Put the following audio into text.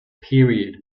period